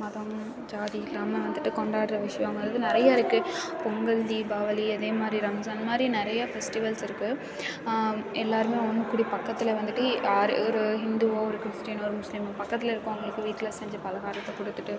மதம் ஜாதி இல்லாமல் வந்துட்டு கொண்டாடுற விஷயங்கறது வந்துட்டு நிறைய இருக்குது பொங்கல் தீபாவளி அதேமாதிரி ரம்ஜான் அந்த மாதிரி நிறைய ஃபெஸ்டிவல்ஸ் இருக்குது எல்லோருமே ஒன்று கூடி பக்கத்தில் வந்துட்டு யார் ஒரு ஹிண்டுவோ ஒரு கிறிஸ்டினோ ஒரு முஸ்லிமோ பக்கத்தில் இருக்கவங்களுக்கு வீட்டில் செஞ்ச பலகாரத்தை கொடுத்துட்டு